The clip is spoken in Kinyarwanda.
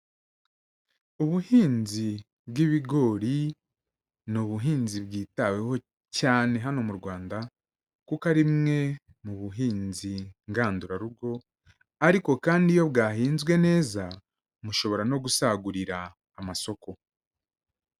Ubuhinzi bw'ibigori ni ubuhinzi bwitaweho cyane hano mu Rwanda kuko ari imwe mu buhinzi ngandurarugo ariko kandi iyo bwahinzwe neza mushobora no gusagurira amasoko.